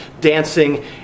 dancing